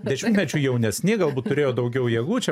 dešimtmečiu jaunesni galbūt turėjo daugiau jėgų čia